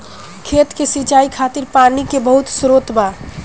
खेत के सिंचाई खातिर पानी के बहुत स्त्रोत बा